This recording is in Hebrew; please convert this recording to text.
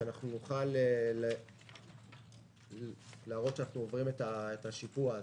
שנוכל להראות שאנחנו עוברים את השיפוע הזה.